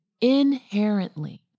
Inherently